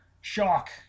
shock